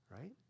right